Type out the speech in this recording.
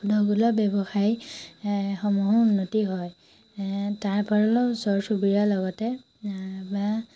ব্যৱসায়ী এ সমূহো উন্নতি হয় এ তাৰপৰাও ওচৰ চুবুৰীয়াৰ লগতে বা